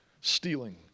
stealing